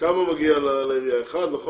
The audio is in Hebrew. כמה מגיע לעירייה אחד, נכון?